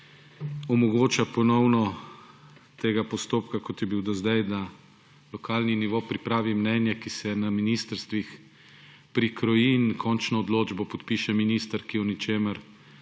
omogoča ponovno tega postopka, kot je bil do sedaj, da lokalni nivo pripravi mnenje, ki se na ministrstvih prikroji, in končno odločbo podpiše minister, ki v ničemer